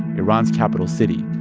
iran's capital city,